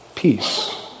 Peace